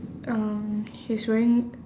um he's wearing